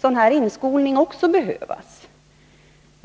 sådan inskolning också behövas.